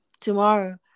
tomorrow